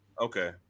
Okay